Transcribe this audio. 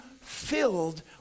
filled